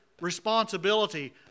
responsibility